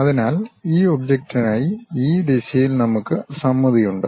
അതിനാൽ ഈ ഒബ്ജക്റ്റിനായി ഈ ദിശയിൽ നമുക്ക് സമമിതി ഉണ്ട്